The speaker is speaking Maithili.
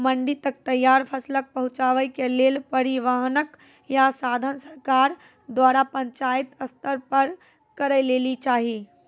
मंडी तक तैयार फसलक पहुँचावे के लेल परिवहनक या साधन सरकार द्वारा पंचायत स्तर पर करै लेली चाही?